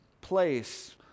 place